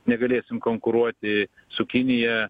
negalėsim konkuruoti su kinija